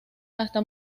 hasta